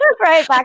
Right